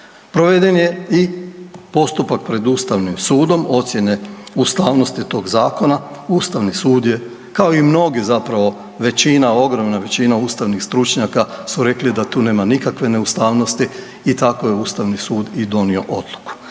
Proveden je i postupak pred Ustavnim sudom, ocjene ustavnosti tog zakona, Ustavni sud je, kao i mnogi zapravo, većina, ogromna većina ustavnih stručnjaka su rekli da tu nema nikakve neustavnosti i tako je Ustavni sud i donio odluku.